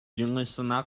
жынысына